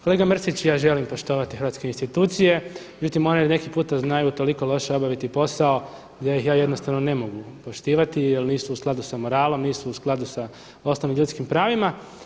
Kolega Mrsić ja želim poštovati hrvatske institucije, međutim one koji puta znaju toliko loše obaviti posao da ih ja jednostavno ne mogu poštivati jer nisu u skladu sa moralom, jer nisu u skladu sa ostalim ljudskim pravima.